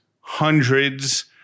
hundreds